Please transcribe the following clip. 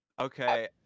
Okay